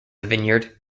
vineyard